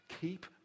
Keep